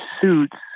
suits